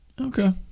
Okay